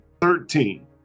Thirteen